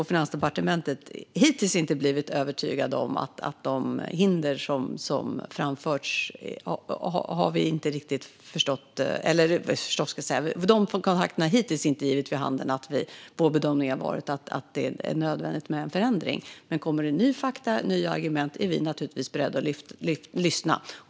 Finansdepartementets kontakter har hittills inte givit vid handen att det är nödvändigt med en förändring, men kommer det nya fakta och nya argument är vi naturligtvis beredda att lyssna.